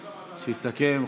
שיסכם,